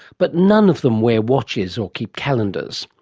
but none of them wear watches or keep calendars.